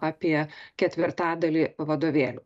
apie ketvirtadalį vadovėlių